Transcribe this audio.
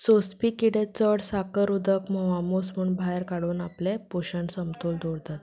सोंसपी किडे चड साकर उदक म्होंवामूस म्हूण भायर काडून आपलें पोशण समतोल दवरतात